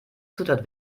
zutat